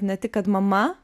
ne tik kad mama